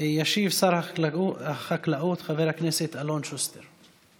ישיב שר החקלאות חבר הכנסת אלון שוסטר.